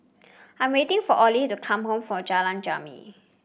I'm waiting for Oley to come home for Jalan Jermin